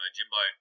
Jimbo